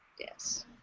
Yes